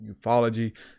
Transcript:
ufology